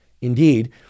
Indeed